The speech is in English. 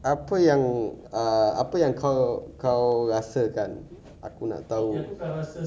apa yang uh apa yang kau rasakan aku nak tahu